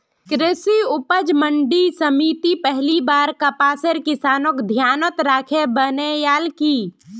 कृषि उपज मंडी समिति पहली बार कपासेर किसानक ध्यानत राखे बनैयाल की